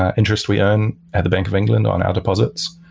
ah interest we earn at the bank of and and on our deposits,